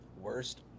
worst